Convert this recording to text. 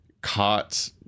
caught